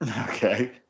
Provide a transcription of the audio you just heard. Okay